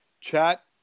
chat